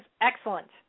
excellent